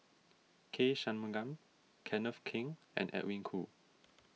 K Shanmugam Kenneth Keng and Edwin Koo